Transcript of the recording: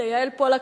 ליעל פולק,